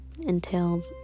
entailed